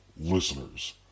listeners